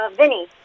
Vinny